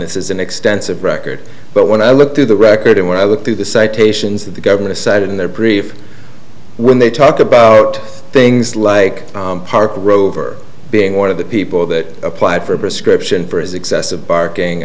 this is an extensive record but when i look through the record and when i look through the citations that the government cited in their brief when they talk about things like park rover being one of the people that applied for a prescription for his excessive barking